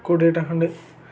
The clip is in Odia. କୋଡ଼ିଏଟା ଖଣ୍ଡେ